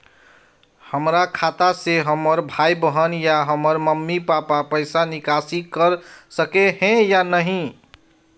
हमरा खाता से हमर भाई बहन या हमर मम्मी पापा पैसा निकासी कर सके है या नहीं?